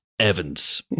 Evans